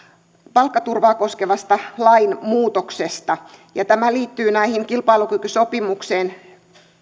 palkkaturvaa koskevasta lainmuutoksesta ja tämä liittyy näihin kilpailukykysopimuksen